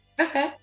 okay